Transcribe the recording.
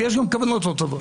ויש גם כוונות לא טובות.